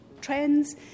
Trends